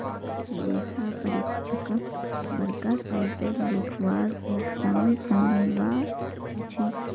लेखा परीक्षकक बरका टाइपेर लिखवार एग्जाम संभलवा हछेक